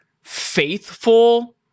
faithful